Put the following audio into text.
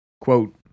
Quote